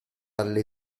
alle